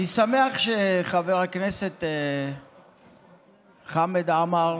אני שמח שחבר הכנסת חמד עמאר,